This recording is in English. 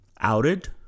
outed